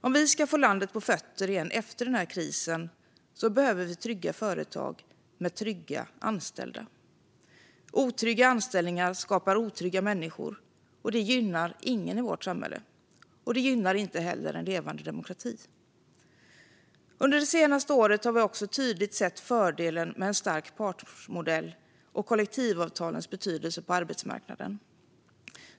Om vi ska få landet på fötter igen efter den här krisen behöver vi trygga företag med trygga anställda. Otrygga anställningar skapar otrygga människor, och det gynnar ingen i vårt samhälle. Det gynnar inte heller en levande demokrati. Under det senaste året har vi också tydligt sett fördelen med en stark partsmodell och kollektivavtalens betydelse på arbetsmarknaden.